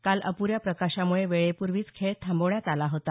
काल अप्ऱ्या प्रकाशामुळे वेळपूर्वीच खेळ थांबवण्यात आला होता